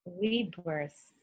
rebirth